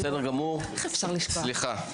בסדר גמור, סליחה.